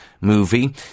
movie